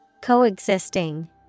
Coexisting